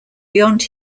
beyond